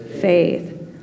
faith